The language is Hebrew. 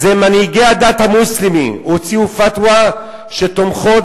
מנהיגי הדת המוסלמים הוציאו "פתווה" שתומכות